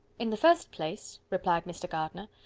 in the first place, replied mr. gardiner,